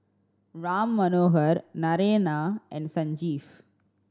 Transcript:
Ram Manohar Naraina and Sanjeev